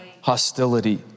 hostility